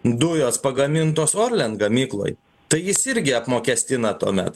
dujos pagamintos orlen gamykloj tai jis irgi apmokestina tuomet